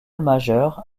majeur